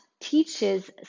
teaches